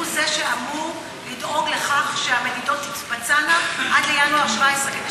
זה שאמור לדאוג לכך שהמדידות תתבצענה עד ינואר 17'?